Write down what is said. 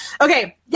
Okay